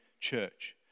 church